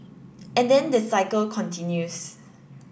and then the cycle continues